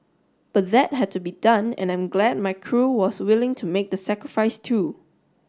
but that had to be done and I'm glad my crew was willing to make the sacrifice too